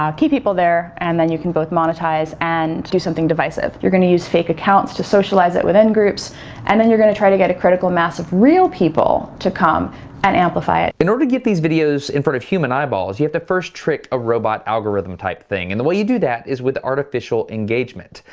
um keep people there, and then you can both monetize and do something divisive. you're gonna use fake accounts to social it with end groups and then you're gonna try to get a critical mass of real people to come and amplify it. in order to get these videos in front of human eyeballs you have to first trick a robot algorithm type thing, and the way you do that is with artificial engagement.